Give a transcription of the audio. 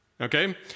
Okay